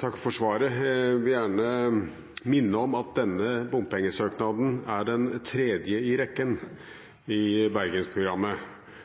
Takk for svaret. Jeg vil gjerne minne om at denne bompengesøknaden er den tredje i rekken i Bergensprogrammet,